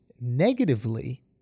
negatively